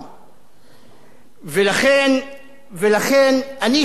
לכן אני שואל: על מה אתם מלינים?